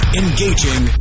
engaging